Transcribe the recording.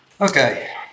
Okay